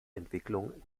entwicklung